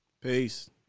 Peace